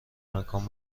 مکان